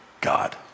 God